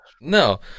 No